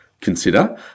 consider